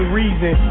reason